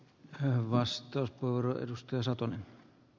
hänen vastaus moro edustusauton